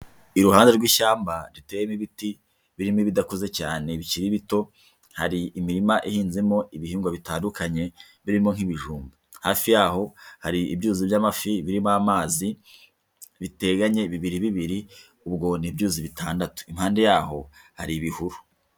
Iruhande rw'ishyamba riteyemo ibiti, birimo ibidakuze cyane bikiri bito, hari imirima ihinzemo ibihingwa bitandukanye birimo nk'ibijumba, hafi y'aho hari ibyuzi by'amafi birimo amazi biteganye bibiri bibiri ubwo ni ibyuzi bitandatu, impande yaho hari ibihuru.